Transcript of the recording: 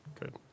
Good